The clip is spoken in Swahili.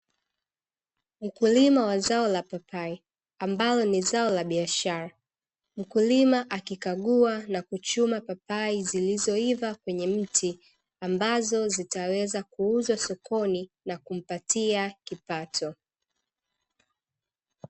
Mkulima wa zao la papai, ambalo ni zao la biashara. Mkulima akikagua na kuchuma papai zilizoiva kwenye mti, ambazo zitaweza kuuzwa sokoni na kumpatia kipato.